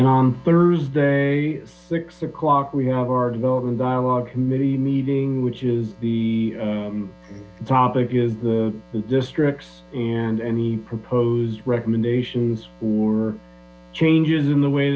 on thursday six o'clock we have our development dialog committee meeting which is the topic is the districts and any proposed recommendations or changes in the way